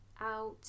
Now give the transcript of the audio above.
out